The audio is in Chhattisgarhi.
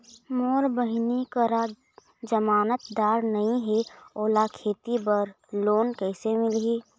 मोर बहिनी करा जमानतदार नई हे, ओला खेती बर लोन कइसे मिलही?